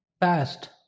past